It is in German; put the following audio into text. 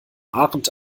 ahrendt